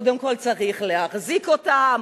קודם כול צריך להחזיק אותם,